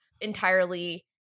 entirely